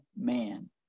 man